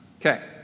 Okay